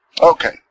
Okay